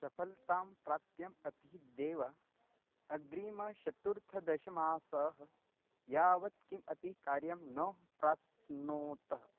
सफलतां प्राप्य अपि देवः अग्रिमचतुर्दशमासं यावत् किमपि कार्यं न प्राप्नोत्